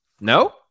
No